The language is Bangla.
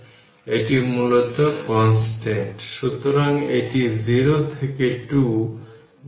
এখন 20 30 এবং 60 এখানে তারা সিরিজে আছে তার মানে 1Ceq বলুন 120 130 160 তার মানে Ceq 120 পাওয়ার 160 1 এর বিপরীত তাই 1 দেওয়া হয়েছে